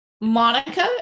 Monica